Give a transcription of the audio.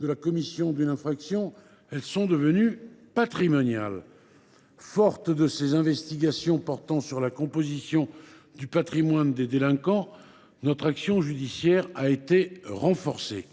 de la commission d’une infraction ; elles sont devenues patrimoniales. Forte de ces investigations portant sur la composition du patrimoine des délinquants, notre action judiciaire a été renforcée.